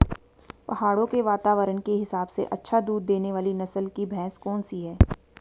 पहाड़ों के वातावरण के हिसाब से अच्छा दूध देने वाली नस्ल की भैंस कौन सी हैं?